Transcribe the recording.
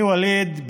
אני ווליד,